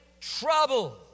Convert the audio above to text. trouble